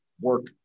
work